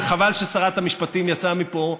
וחבל ששרת המשפטים יצאה מפה,